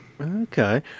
Okay